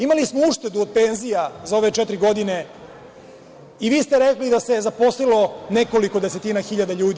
Imali smo uštedu od penzija za ove četiri godine, i vi ste rekli da se zaposlilo nekoliko desetina hiljada ljudi.